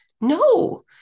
No